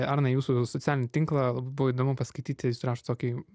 arnai jūsų socialinį tinklą buvo įdomu paskaityti jūs rašot tokį